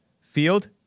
field